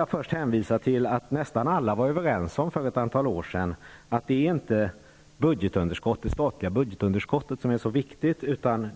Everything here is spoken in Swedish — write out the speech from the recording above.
Jag vill först hänvisa till vad nästan alla var överens om för ett antal år sedan, nämligen att det statliga budgetunderskottet inte är så viktigt som